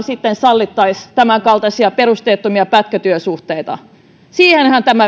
sitten sallittaisiin tämänkaltaisia perusteettomia pätkätyösuhteita siihenhän tämä